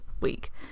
week